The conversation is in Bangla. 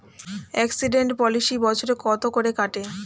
এক্সিডেন্ট পলিসি বছরে কত করে কাটে?